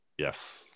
Yes